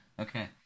Okay